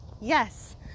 yes